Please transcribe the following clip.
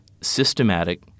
systematic